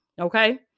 Okay